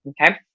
Okay